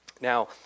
Now